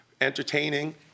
entertaining